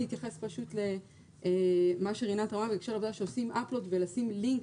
אתייחס פשוט למה שרינת אמרה בהקשר הזה שעושים upload ולשים לינק,